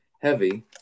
heavy